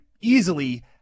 easily